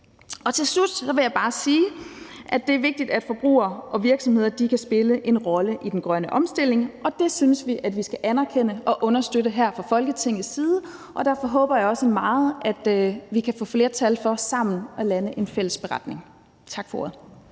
Til slut vil jeg bare sige, at det er vigtigt, at forbrugere og virksomheder kan spille en rolle i den grønne omstilling, og det synes vi skal anerkendes og understøttes her fra Folketingets side, og derfor håber jeg også meget, at vi kan få flertal for sammen at lande en fælles beretning. Tak for ordet.